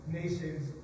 nations